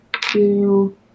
two